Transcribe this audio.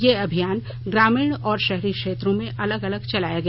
ये अभियान ग्रामीण और शहरी क्षेत्रों में अलग अलग चलाया गया